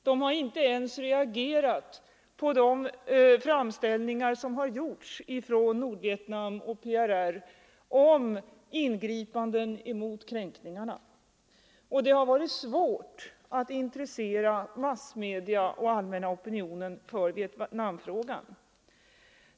De har inte ens reagerat på de framställningar som har gjorts från Nordvietnam och PRR om ingripanden mot kränkningarna. Det har varit svårt att intressera massmedia och allmänna opinionen för Vietnamfrågan.